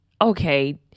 okay